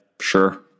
sure